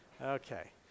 Okay